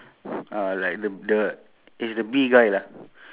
six se~ m~ mine is seven eh